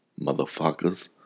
motherfuckers